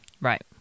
Right